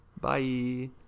Bye